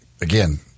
Again